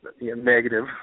negative